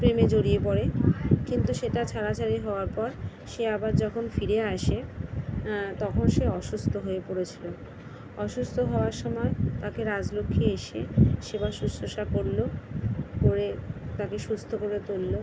প্রেমে জড়িয়ে পড়ে কিন্তু সেটা ছাড়াছাড়ি হওয়ার পর সে আবার যখন ফিরে আসে তখন সে অসুস্থ হয়ে পড়েছিলো অসুস্থ হওয়ার সময় তাকে রাজলক্ষ্মী এসে সেবা শুশ্রূষা করলো করে তাকে সুস্থ করে তুললো